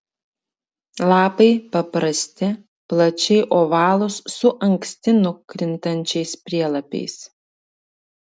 lapai paprasti plačiai ovalūs su anksti nukrintančiais prielapiais